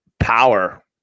Power